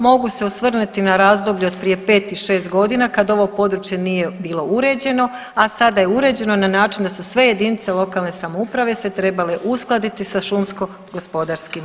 Mogu se osvrnuti na razdoblje od prije 5 ili 6 godina kad ovo područje nije bilo uređeno, a sada je uređeno na način da su sve jedinice lokalne samouprave se trebale uskladiti sa šumsko gospodarskim osnovama.